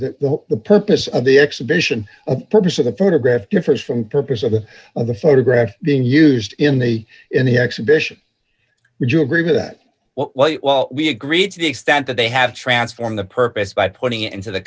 that the purpose of the exhibition purpose of the photograph differs from purpose of the of the photograph being used in the in the exhibition would you agree that we agree to the extent that they have transformed the purpose by putting it into the